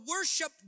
worship